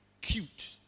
Cute